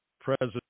President